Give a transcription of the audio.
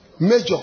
major